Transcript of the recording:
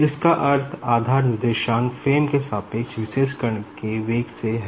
इसका अर्थ आधार निर्देशांक फ्रेम के सापेक्ष विशेष कण के वेग से है